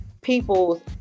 people's